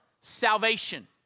salvation